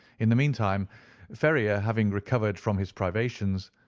in the meantime ferrier having recovered from his privations,